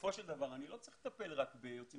שבסופו של דבר אני לא צריך לטפל רק ביוצאים